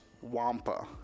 Wampa